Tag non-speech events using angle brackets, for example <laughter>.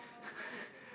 <breath>